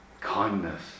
kindness